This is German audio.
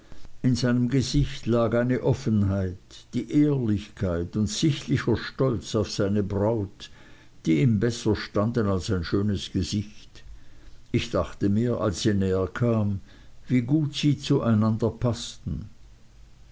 in seinem gesicht lag eine offenheit eine ehrlichkeit und sichtlicher stolz auf seine braut die ihm besser standen als ein schönes gesicht ich dachte mir als sie näherkamen wie gut sie zueinander paßten